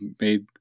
made